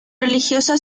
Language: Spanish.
religiosa